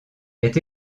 est